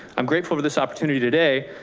i'm grateful for this opportunity today,